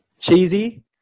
cheesy